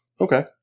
okay